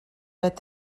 beth